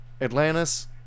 Atlantis